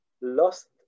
lost